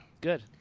Good